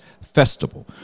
festival